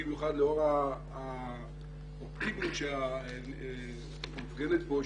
במיוחד לאור האופטימיות שמופגנת כאן,